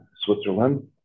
Switzerland